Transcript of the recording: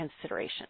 consideration